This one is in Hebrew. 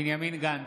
בנימין גנץ,